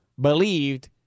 believed